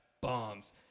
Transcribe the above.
bombs